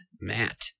Matt